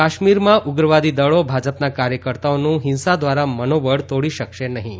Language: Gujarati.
કાશ્મીરમાં ઉગ્રવાદી દળો ભાજપના કાર્યકર્તાઓનું હિંસા દ્વારા મનોબળ તોડી શકશે નહીં